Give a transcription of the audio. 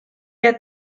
get